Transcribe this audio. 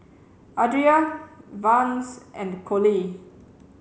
Adria Vance and Collie